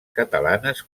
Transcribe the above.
catalanes